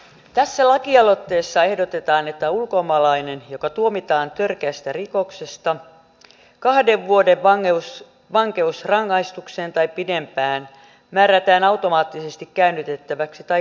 tässä lakialoitteessa ehdotetaan että ulkomaalainen joka tuomitaan törkeästä rikoksesta kahden vuoden vankeusrangaistukseen tai pidempään määrätään automaattisesti käännytettäväksi tai karkotettavaksi